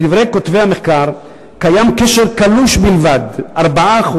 לדברי כותבי המחקר, קיים קשר קלוש בלבד, 4%,